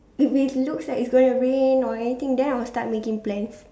if it looks like is going to rain or anything then I'll start making plans